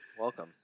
Welcome